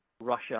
Russia